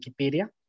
Wikipedia